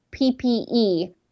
PPE